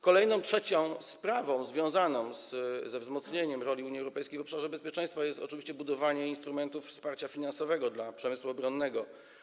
Kolejną, trzecią sprawą związaną ze wzmocnieniem roli Unii Europejskiej w obszarze bezpieczeństwa jest oczywiście budowanie instrumentów wsparcia finansowego dla przemysłu obronnego.